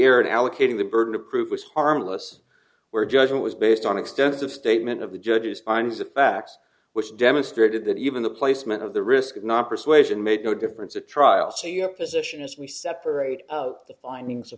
error in allocating the burden of proof was harmless where judgment was based on extensive statement of the judge's finds of facts which demonstrated that even the placement of the risk of not persuasion made no difference at trial to your position as we separate the findings